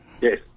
Yes